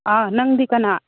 ꯑꯥ ꯅꯪꯗꯤ ꯀꯅꯥ